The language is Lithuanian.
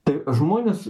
tai žmonės